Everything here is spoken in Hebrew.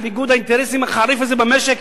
על ניגוד האינטרסים החריף הזה במשק,